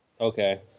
okay